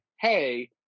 hey